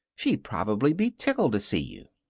she'd probably be tickled to see you.